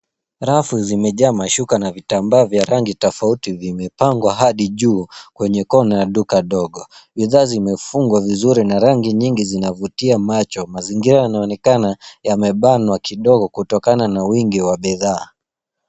Rafu zimejaa mashuka na vitambaa vya rangi tofauti vimepangwa hadi juu, kwenye kona ya duka dogo. Bidhaa zimefungwa vizuri na rangi nyingi zinavutia macho. Mazingira yanaonekana yamebanwa kidogo kutokana na wingi wa bidhaa.